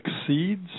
exceeds